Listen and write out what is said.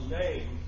name